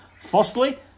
Firstly